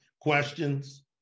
questions